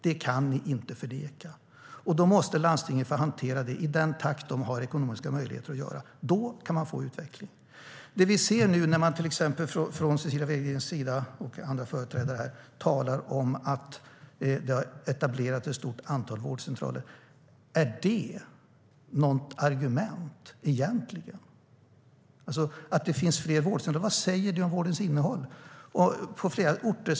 Det kan ni inte förneka. Landstingen måste få hantera det i den takt som de har ekonomiska möjligheter till. Då kan man få utveckling. Cecilia Widegren och andra företrädare här talar om att det har etablerats ett stort antal vårdcentraler. Är det egentligen något argument? Vad säger det om vårdens innehåll att det finns fler vårdcentraler?